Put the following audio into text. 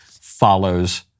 follows